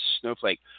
snowflake